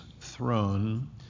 throne